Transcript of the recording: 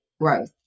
growth